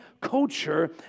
culture